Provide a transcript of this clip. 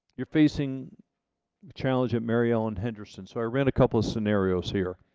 you're facing a challenge at mary ellen henderson, so i ran a couple of scenarios here.